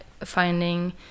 finding